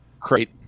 Crate